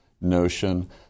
notion